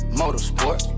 motorsport